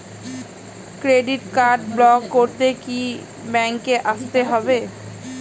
Credit card block করতে কি ব্যাংকে আসতে হবে?